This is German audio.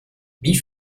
wie